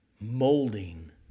molding